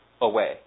away